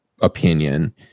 opinion